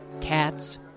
Cats